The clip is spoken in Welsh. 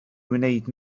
wneud